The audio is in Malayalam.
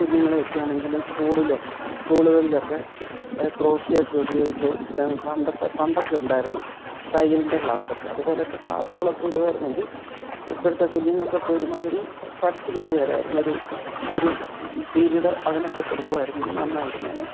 കുഞ്ഞുങ്ങളെ ഒക്കെയാണെങ്കിലും സ്കൂളിലോ സ്കൂളുകളിലൊക്കെ ക്രോഷിയൊയൊക്കെ ഉപയോഗിച്ച് പണ്ടത്തെ പണ്ടൊക്കെ ഉണ്ടായിരുന്നു തയ്യലിൻ്റെ ക്ലാസ്സൊക്കെ അതുപോലൊക്കെ ക്ലാസ്സുകളൊക്കെ ഇടുവായിരുന്നെങ്കിൽ ഇപ്പോഴത്തെ കുഞ്ഞുങ്ങൾക്കൊക്കെ ഒരുമാതിരി പഠിച്ച് കേറിവരായിരുന്ന ഒരു ഒരു പിരീഡ് അതിനൊക്കെ കൊടുക്കുവായിരുന്നെങ്കിൽ നന്നായിരുന്നേനേ